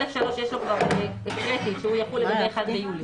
סעיף (א)(3), הקראתי שהוא יחול לגבי 1 ביולי.